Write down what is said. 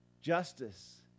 justice